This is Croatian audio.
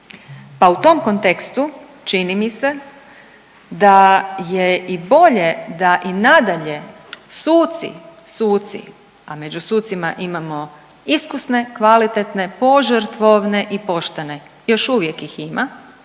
Pa u tom kontekstu, čini mi se da je i bolje da i nadalje suci, suci, a među sucima imamo iskusne, kvalitetne, požrtvovne i poštene, još uvijek ih ima